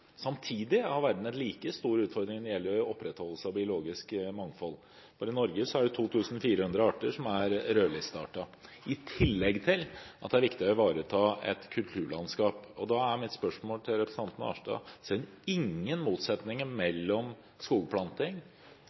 Samtidig har verden en like stor utfordring når det gjelder opprettholdelse av biologisk mangfold. Bare i Norge er det 2 400 arter som er rødlistearter, i tillegg til at det er viktig å ivareta et kulturlandskap. Da er mitt spørsmål: Ser representanten Arnstad ingen motsetning mellom skogplanting,